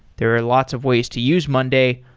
there are lots of ways to use monday,